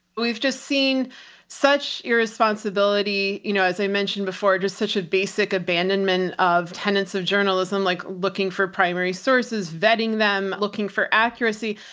we've just seen such irresponsibility. you know, as i mentioned before, just such a basic abandonment of tenets of journalism, like looking for primary sources, vetting them, looking for accuracy,